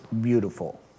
beautiful